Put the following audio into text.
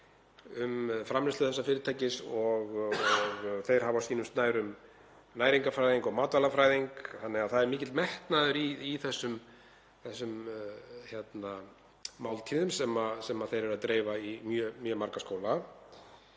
með framleiðslu þessa fyrirtækis og þeir hafa á sínum snærum næringarfræðing og matvælafræðing, þannig að það er mikill metnaður í þessum máltíðum sem þeir eru að dreifa í mjög marga skóla.